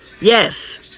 yes